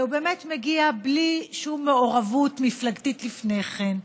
והוא באמת מגיע בלי שום מעורבות מפלגתית לפני כן,